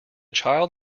child